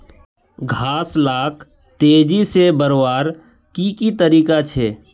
घास लाक तेजी से बढ़वार की की तरीका छे?